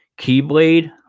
keyblade